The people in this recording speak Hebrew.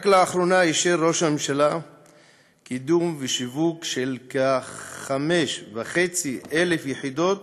רק לאחרונה אישר ראש הממשלה קידום ושיווק של כ-5,500 יחידות